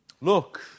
Look